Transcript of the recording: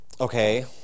Okay